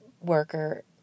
worker